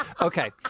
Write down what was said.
Okay